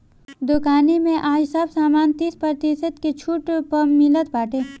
दुकानी में आज सब सामान तीस प्रतिशत के छुट पअ मिलत बाटे